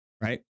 right